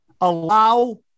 allow